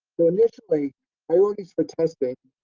so initially priorities for testing,